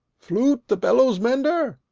flute, the bellows-mender!